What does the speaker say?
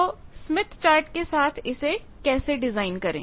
तो Smith chart के साथ इसे कैसे डिजाइन करें